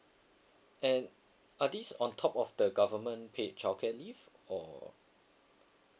and are these on top of the government paid childcare leave or